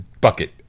bucket